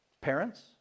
parents